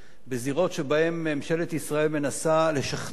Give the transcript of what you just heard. הזירות שבהן ממשלת ישראל מנסה לשכנע,